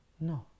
No